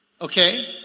okay